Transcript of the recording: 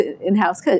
in-house